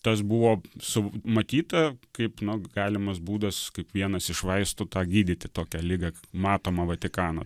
tas buvo su matyta kaip nu galimas būdas kaip vienas iš vaistų tą gydyti tokią ligą matomą vatikano